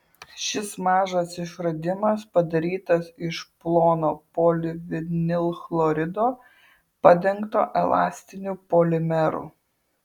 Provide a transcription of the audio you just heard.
šis mažas išradimas padarytas iš plono polivinilchlorido padengto elastiniu polimeru